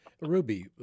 Ruby